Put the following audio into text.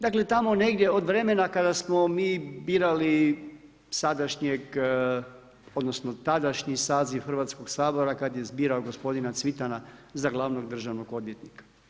Dakle, tamo negdje od vremena kada smo mi birali sadašnjeg odnosno tadašnji saziv Hrvatskoga sabora kada je birao gospodina Cvitana za glavnog državnog odvjetnika.